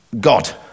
God